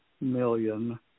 million